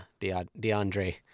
DeAndre